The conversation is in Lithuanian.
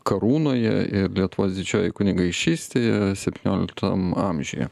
karūnoje ir lietuvos didžiojoj kunigaišystėje septynioliktam amžiuje